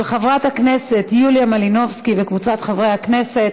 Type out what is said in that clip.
של חברת הכנסת יוליה מלינובסקי וקבוצת חברי הכנסת,